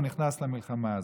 והוא נכנס למלחמה הזאת.